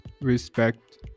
respect